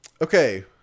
Okay